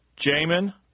Jamin